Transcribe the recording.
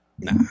nah